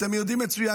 אתם יודעים מצוין.